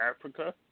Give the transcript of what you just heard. Africa